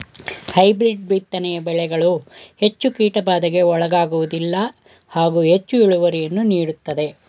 hybrid ಬಿತ್ತನೆಯ ಬೆಳೆಗಳು ಹೆಚ್ಚು ಕೀಟಬಾಧೆಗೆ ಒಳಗಾಗುವುದಿಲ್ಲ ಹಾಗೂ ಹೆಚ್ಚು ಇಳುವರಿಯನ್ನು ನೀಡುತ್ತವೆ